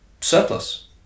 surplus